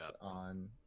on